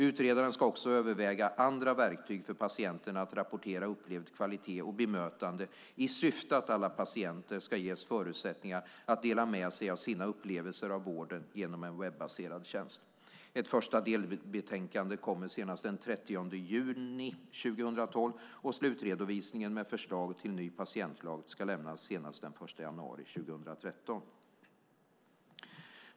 Utredaren ska också överväga andra verktyg för patienten att rapportera upplevd kvalitet och bemötande i syfte att alla patienter ska ges förutsättningar att dela med sig av sina upplevelser av vården genom en webbaserad tjänst. Ett första delbetänkande kommer senast den 30 juni 2012, och slutredovisning med förslag till ny patientlag ska lämnas senast den 1 januari 2013.